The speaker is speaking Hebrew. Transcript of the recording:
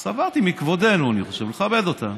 סברתי מכבודנו, אני חושב, לכבד אותם